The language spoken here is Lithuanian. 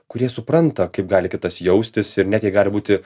kurie supranta kaip gali kitas jaustis ir net jie gali būti